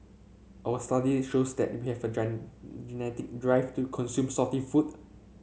our study shows that we have a genetic drive to consume salty food